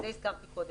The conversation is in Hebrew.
הזכרתי את זה קודם.